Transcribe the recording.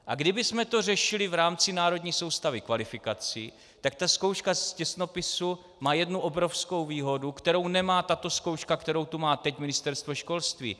A kdybychom to řešili v rámci národní soustavy kvalifikací, tak ta zkouška z těsnopisu má jednu obrovskou výhodu, kterou nemá tato zkouška, kterou tu má teď Ministerstvo školství.